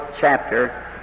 chapter